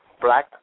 black